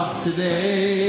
today